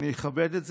אני אכבד את זה,